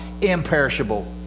imperishable